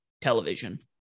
television